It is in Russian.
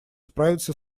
справиться